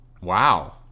Wow